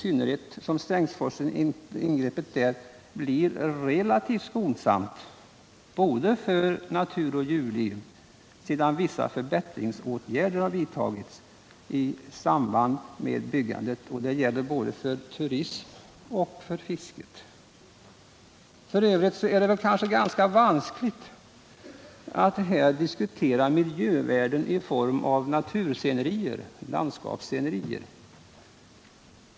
Ingreppet i Strängsforsen blir dessutom relativt skonsamt för såväl natursom djurliv sedan vissa förbättringsåtgärder vidtagits i samband med byggandet —- jag tänker här på insatser för turismen och fisket. Det är litet vanskligt att här diskutera naturvärden i form av landskapsscenerier.